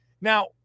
Now